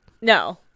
No